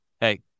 Hey